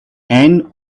and